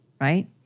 right